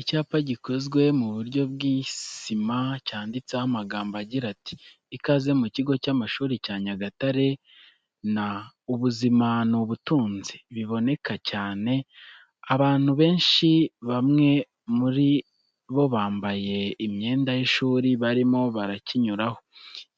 Icyapa gikozwe mu buryo bw'isima cyanditseho amagambo agira ati "Ikaze mu kigo cy'amashuri cya Nyagatare" na "Ubuzima ni Ubutunzi" biboneka cyane. Abantu benshi, bamwe muri bo bambaye imyenda y'ishuri, barimo barakinyuraho.